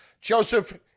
Joseph